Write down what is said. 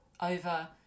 over